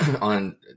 on